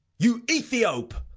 you ethiope!